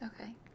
Okay